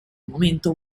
momento